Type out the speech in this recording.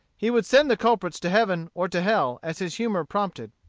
he would send the culprits to heaven or to hell, as his humor prompted.